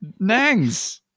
nangs